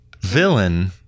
villain